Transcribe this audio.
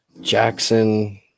Jackson